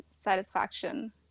satisfaction